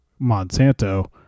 Monsanto